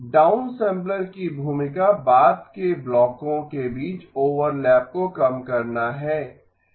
downsampler की भूमिका बाद के ब्लॉकों के बीच ओवरलैप को कम करना है